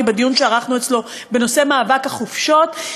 בדיון שערכנו אצלו בנושא מאבק החופשות,